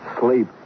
Sleep